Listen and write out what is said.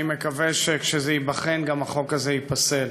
אני מקווה שכשזה ייבחן, גם החוק הזה ייפסל.